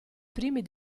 primi